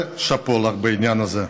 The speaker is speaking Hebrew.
ושאפו לך בעניין הזה.